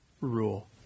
rule